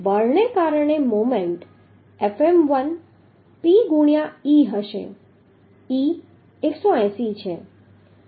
અને બળ ને કારણે મોમેન્ટ Fm1 P ગુણ્યા e હશે e 180 છે